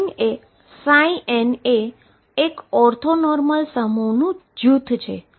n એ એક orthonormal વિધેયનું જુથ છે